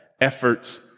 efforts